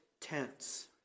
tense